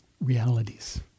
realities